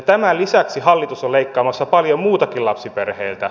tämän lisäksi hallitus on leikkaamassa paljon muutakin lapsiperheiltä